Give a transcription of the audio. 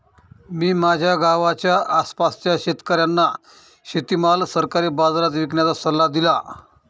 मी माझ्या गावाच्या आसपासच्या शेतकऱ्यांना शेतीमाल सरकारी बाजारात विकण्याचा सल्ला दिला